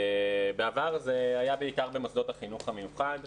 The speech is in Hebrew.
בעבר זה היה בעיקר במוסדות החינוך המיוחד.